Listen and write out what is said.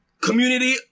community